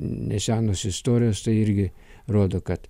nesenos istorijos tai irgi rodo kad